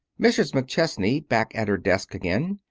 mrs. mcchesney, back at her desk again,